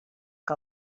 que